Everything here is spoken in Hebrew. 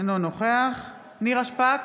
אינו נוכח נירה שפק,